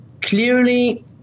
clearly